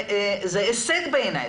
זה הישג בעיני.